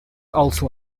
also